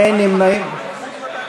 אין נמנעים.